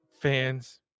Fans